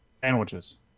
sandwiches